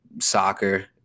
soccer